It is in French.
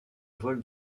vol